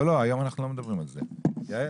לא.